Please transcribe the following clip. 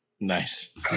Nice